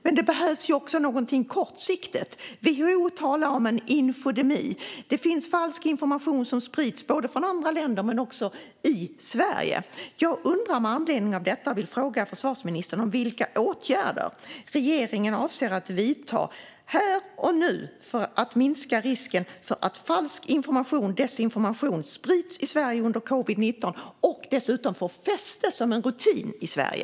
Men det behövs ju också någonting kortsiktigt. WHO talar om en infodemi. Det finns falsk information som sprids både från andra länder och i Sverige. Med anledning av detta vill jag fråga försvarsministern vilka åtgärder regeringen avser att vidta här och nu för att minska risken för att falsk information, desinformation, sprids i Sverige under covid-19 och dessutom får fäste som en rutin i Sverige.